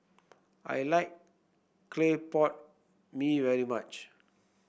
I like Clay Pot Mee very much